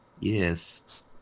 Yes